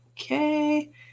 Okay